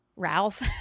ralph